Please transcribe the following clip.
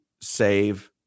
save